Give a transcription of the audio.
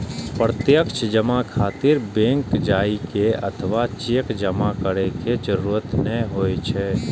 प्रत्यक्ष जमा खातिर बैंक जाइ के अथवा चेक जमा करै के जरूरत नै होइ छै